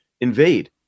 invade